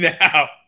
now